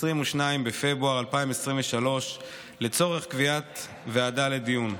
22 בפברואר 2023, לצורך קביעת ועדה לדיון.